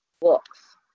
books